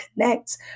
connect